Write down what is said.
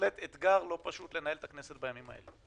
בהחלט אתגר לא פשוט לנהל את הכנסת בימים האלה.